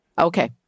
Okay